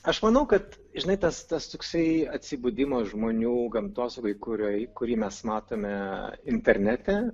aš manau kad žinai tas tas toksai atsibudimas žmonių gamtosaugoj kurioj kurį mes matome internete